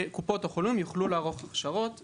שקופות החולים יוכלו לערוך הכשרות פנימיות,